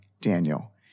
Daniel